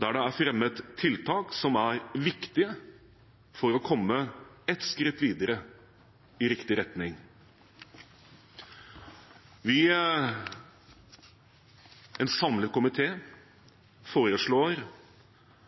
der det er fremmet tiltak som er viktige for å komme ett skritt videre i riktig retning. Vi, en samlet komité, foreslår